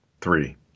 three